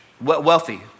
wealthy